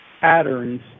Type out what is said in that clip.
patterns